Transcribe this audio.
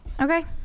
Okay